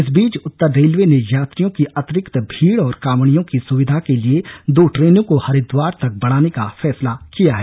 इस बीच उत्तर रेलवे ने यात्रियों की अतिरिक्त भीड़ और कांवड़ियों की सुविधा के लिए दो ट्रेनों को हरिद्वार तक बढ़ाने का फैसला किया है